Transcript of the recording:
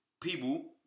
people